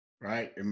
Right